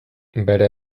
bere